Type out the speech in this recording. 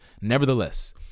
Nevertheless